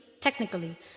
technically